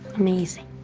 amazing.